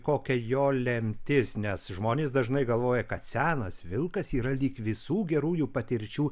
kokia jo lemtis nes žmonės dažnai galvoja kad senas vilkas yra lyg visų gerųjų patirčių